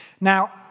Now